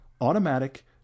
automatic